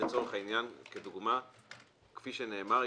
לצורך העניין כדוגמה כפי שנאמר,